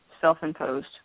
self-imposed